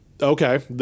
Okay